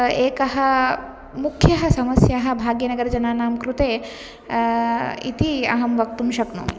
एकः मुख्यः समस्या भाग्यनगरजनानां कृते इति अहं वक्तुं शक्नोमि